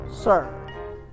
Sir